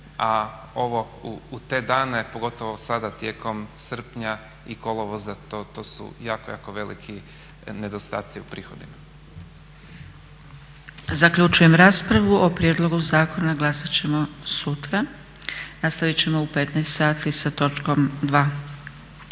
a ovo u te dane, pogotovo sada tijekom srpnja i kolovoza to su jako, jako veliki nedostaci u prihodima. **Zgrebec, Dragica (SDP)** Zaključujem raspravu. O prijedlogu zakona glasat ćemo sutra. Nastavit ćemo u 15,00 sati sa točkom 2.